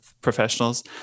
professionals